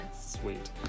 Sweet